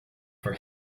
for